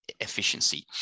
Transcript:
efficiency